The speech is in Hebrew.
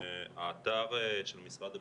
האתר של משרד הבריאות,